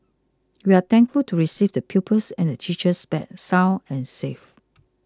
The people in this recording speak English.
we are thankful to receive the pupils and the teachers back sound and safe